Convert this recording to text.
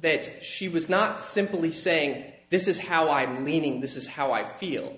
that she was not simply saying this is how i believing this is how i feel